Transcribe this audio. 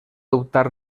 dubtar